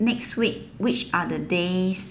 next week which are the days